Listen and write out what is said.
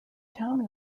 town